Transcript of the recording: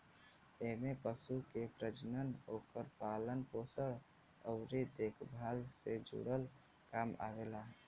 एमे पशु के प्रजनन, ओकर पालन पोषण अउरी देखभाल से जुड़ल काम आवेला